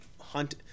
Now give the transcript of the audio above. hunt